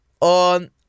on